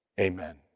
amen